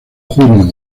junio